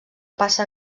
passa